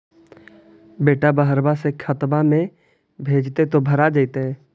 बेटा बहरबा से खतबा में भेजते तो भरा जैतय?